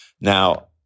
Now